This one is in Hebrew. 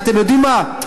אתם יודעים מה?